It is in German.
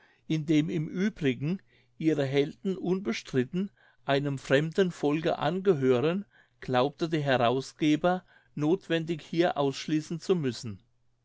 indem im uebrigen ihre helden unbestritten einem fremden volke angehören glaubte der herausgeber nothwendig hier ausschließen zu müssen